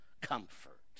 comfort